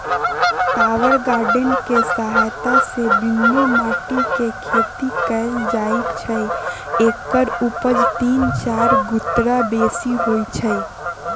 tower garden कें सहायत से बीनु माटीके खेती कएल जाइ छइ एकर उपज तीन चार गुन्ना बेशी होइ छइ